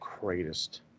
greatest